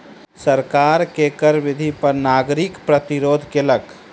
सरकार के कर वृद्धि पर नागरिक प्रतिरोध केलक